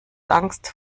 angst